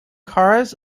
cars